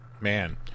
Man